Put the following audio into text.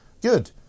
good